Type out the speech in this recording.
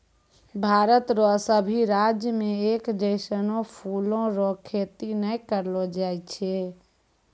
भारत रो सभी राज्य मे एक जैसनो फूलो रो खेती नै करलो जाय छै